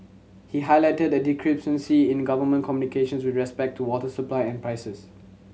he highlighted a discrepancy in government communications with respect to water supply and prices